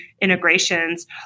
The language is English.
integrations –